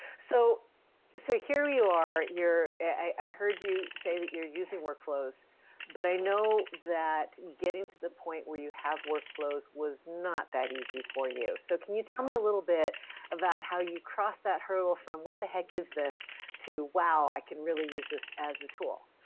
so so here you are, i heard you say that you're using workflows but i know that getting to the point where you have workflows was not that easy for you. so can you tell me a little bit about how you cross that hurdle from what the heck is this to wow, i can really use this as a tool.